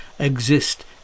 exist